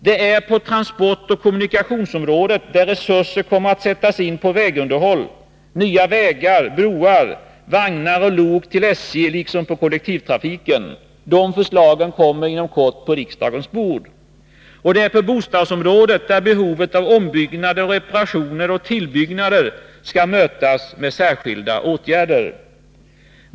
Det är på transportoch kommunikationsområdet, där resurser kommer att sättas in på vägunderhåll, nya vägar, broar, vagnar och lok till SJ liksom på kollektivtrafiken. Dessa förslag kommer inom kort på riksdagens bord. Och det är på bostadsområdet, där behovet av ombyggnader, reparationer och tillbyggnader skall mötas med särskilda åtgärder.